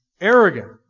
arrogant